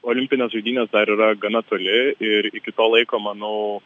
olimpinės žaidynės dar yra gana toli ir iki to laiko manau